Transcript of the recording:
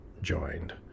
joined